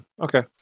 Okay